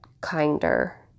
kinder